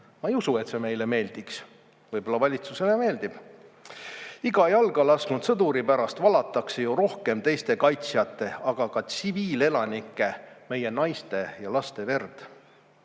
Ma ei usu, et see meile meeldiks. Võib-olla valitsusele meeldib. Iga jalga lasknud sõduri pärast valatakse ju rohkem teiste kaitsjate, aga ka tsiviilelanike, meie naiste ja laste verd.